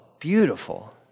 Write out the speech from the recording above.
beautiful